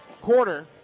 quarter